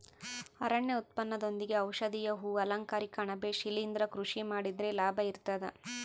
ಅರಣ್ಯ ಉತ್ಪನ್ನದೊಂದಿಗೆ ಔಷಧೀಯ ಹೂ ಅಲಂಕಾರಿಕ ಅಣಬೆ ಶಿಲಿಂದ್ರ ಕೃಷಿ ಮಾಡಿದ್ರೆ ಲಾಭ ಇರ್ತದ